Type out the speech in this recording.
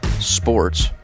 sports